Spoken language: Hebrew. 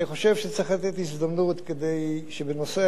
אני חושב שצריך לתת הזדמנות כדי שבנושא